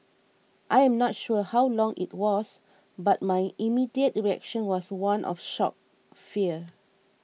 I am not sure how long it was but my immediate reaction was one of shock fear